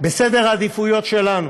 בסדר העדיפויות שלנו,